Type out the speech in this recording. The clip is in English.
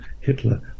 Hitler